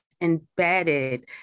embedded